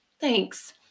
Thanks